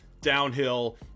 downhill